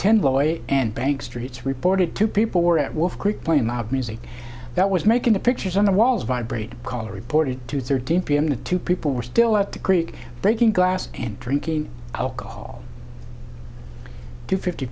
lawyers and bank streets reported two people were at wolf creek playing loud music that was making the pictures on the walls vibrate caller reported two thirteen p m to two people were still at the creek breaking glass and drinking alcohol two fifty